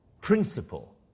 principle